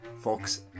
Fox